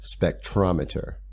spectrometer